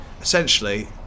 Essentially